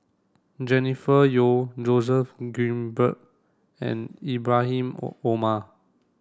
Jennifer Yeo Joseph Grimberg and Ibrahim Omar